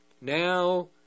Now